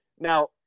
Now